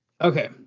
Okay